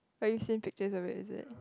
but you send picture already is it